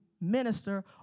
minister